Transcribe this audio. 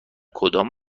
کدام